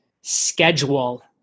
schedule